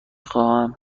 خواهم